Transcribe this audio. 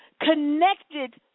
connected